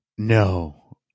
no